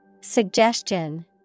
Suggestion